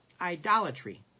idolatry